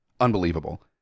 unbelievable